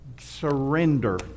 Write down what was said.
surrender